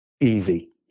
easy